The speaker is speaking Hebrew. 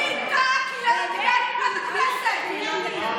מחר היא תקלל את הילדים שלך.